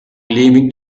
leaving